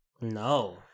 No